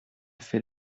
fait